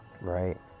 right